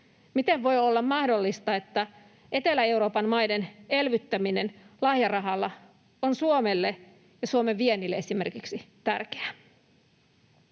Miten voi olla mahdollista, että Etelä-Euroopan maiden elvyttäminen lahjarahalla on Suomelle ja esimerkiksi Suomen viennille tärkeää?